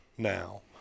Now